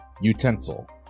Utensil